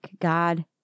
God